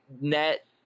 net